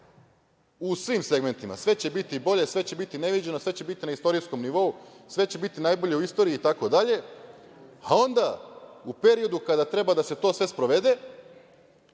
u svim segmentima - sve će biti bolje, sve će biti neviđeno, sve će biti na istorijskom nivou, sve će biti najbolje u istoriji i tako dalje, a onda, u periodu kada treba da se to sve sprovede,